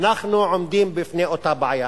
אנחנו עומדים בפני אותה בעיה.